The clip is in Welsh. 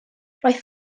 roedd